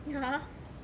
ya